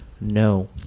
No